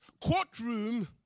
courtroom